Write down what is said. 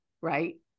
right